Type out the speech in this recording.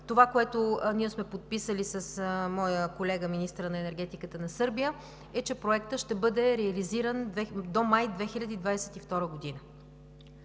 Това, което ние сме подписали с моя колега – министърът на енергетиката на Сърбия, е, че Проектът ще бъде реализиран до месец май 2022 г.